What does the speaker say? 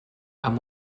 amb